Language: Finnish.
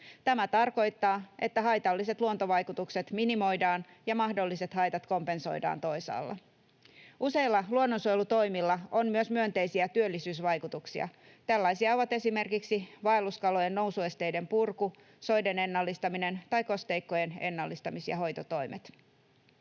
Tämä tarkoittaa, että haitalliset luontovaikutukset minimoidaan ja mahdolliset haitat kompensoidaan toisaalla. Useilla luonnonsuojelutoimilla on myös myönteisiä työllisyysvaikutuksia. Tällaisia ovat esimerkiksi vaelluskalojen nousuesteiden purku, soiden ennallistaminen tai kosteikkojen ennallistamis‑ ja hoitotoimet.